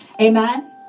Amen